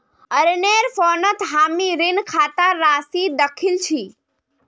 अरनेर फोनत हामी ऋण खातार राशि दखिल छि